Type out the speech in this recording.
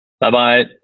Bye-bye